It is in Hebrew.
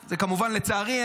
זה כמובן לצערי,